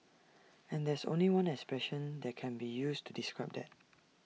and there's only one expression that can be used to describe that